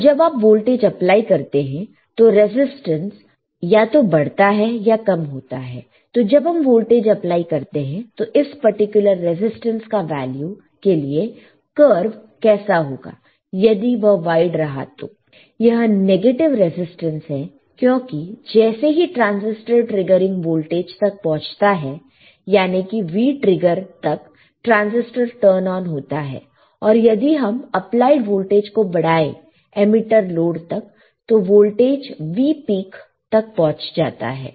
तो जब आप वोल्टेज अप्लाई करते हैं तो रेजिस्टेंस या तो बढ़ता है या कम होता है तो जब हम वोल्टेज अप्लाई करते हैं तो इस पर्टिकुलर रेजिस्टेंस का वैल्यू के लिए कर्व कैसे होगा यदि वह वाइड रहा तो यह नेगेटिव रेजिस्टेंस है क्योंकि जैसे ही ट्रांसिस्टर ट्रिगरिंग वोल्टेज तक पहुंचता है यानी कि V ट्रिगर तक ट्रांसिस्टर टर्न ऑन होता है और यदि हम अप्लाइड वोल्टेज को बढ़ाएं एमीटर लोड तक तो वोल्टेज V पीक तक पहुंच जाता है